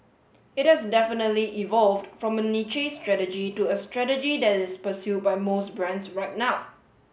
it has definitely evolved from a niche strategy to a strategy that is pursued by most brands right now